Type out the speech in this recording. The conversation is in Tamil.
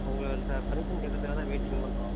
உங்கள்கிட்ட பர்மிஷன் கேட்குறதுக்காக தான் வெயிட்டிங் பண்ணுறோம்